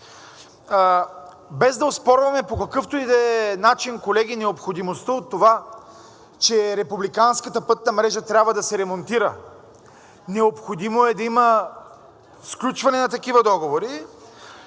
Без да оспорваме по какъвто и да е начин, колеги, необходимостта от това, че републиканската пътна мрежа трябва да се ремонтира, необходимо е да има сключване на такива договори.